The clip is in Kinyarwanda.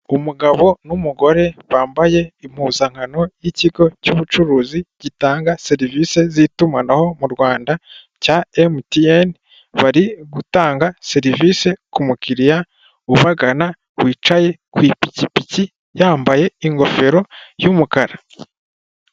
Umugabo n'umugore bambaye impuzankano y'ikigo cy'ubucuruzi gitanga serivisi z'itumanaho mu Rwanda cya MTN bari gutanga serivisi kumukiriya ubagana wicaye ku ipikipiki yambaye ingofero y'umukara.